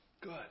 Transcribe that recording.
Good